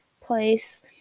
place